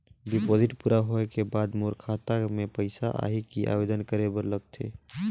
Deposit पूरा होय के बाद मोर खाता मे पइसा आही कि आवेदन करे बर लगथे?